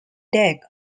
deck